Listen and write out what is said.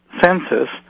census